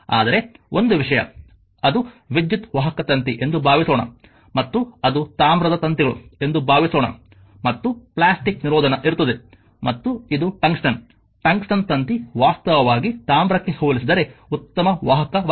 ಆದರೆ ಒಂದು ವಿಷಯ ಅದು ವಿದ್ಯುತ್ ವಾಹಕ ತಂತಿ ಎಂದು ಭಾವಿಸೋಣ ಮತ್ತು ಅದು ತಾಮ್ರದ ತಂತಿಗಳು ಎಂದು ಭಾವಿಸೋಣ ಮತ್ತು ಪ್ಲಾಸ್ಟಿಕ್ ನಿರೋಧನ ಇರುತ್ತದೆ ಮತ್ತು ಇದು ಟಂಗ್ಸ್ಟನ್ ಟಂಗ್ಸ್ಟನ್ ತಂತಿ ವಾಸ್ತವವಾಗಿ ತಾಮ್ರಕ್ಕೆ ಹೋಲಿಸಿದರೆ ಉತ್ತಮ ವಾಹಕವಲ್ಲ